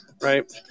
right